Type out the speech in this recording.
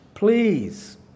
Please